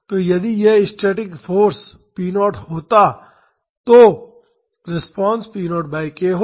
तो यदि यह एक स्टैटिक फाॅर्स p 0 होता तो रिस्पांस p0 बाई k होता